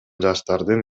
жаштардын